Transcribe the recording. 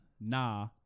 nah